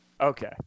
Okay